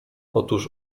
otóż